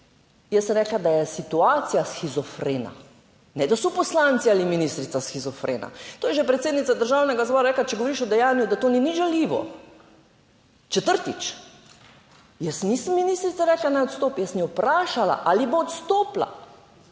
sem rekla, da je situacija shizofrena, ne da so poslanci ali ministrica shizofrena. To je že predsednica Državnega zbora rekla, če govoriš o dejanju, da to ni žaljivo. Četrtič, jaz nisem ministrica rekla naj odstopi. Jaz sem jo vprašala, ali bo odstopila.